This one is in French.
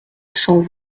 cent